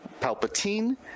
Palpatine